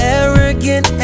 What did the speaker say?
arrogant